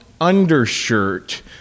undershirt